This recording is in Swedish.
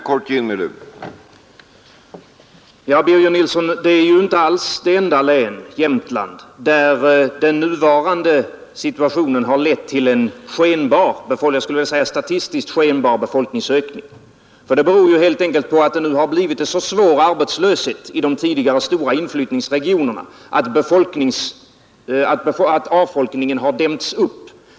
Herr talman! Jämtland är ju inte alls det enda län, herr Birger Nilsson i Östersund, där den nuvarande situationen har lett till en statistisk, skenbar befolkningsökning. Den beror helt enkelt på att det har blivit så svår arbetslöshet i de tidigare stora inflyttningsregionerna att avfolkningen har dämts upp.